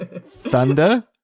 thunder